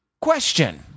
question